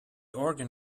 organ